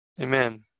Amen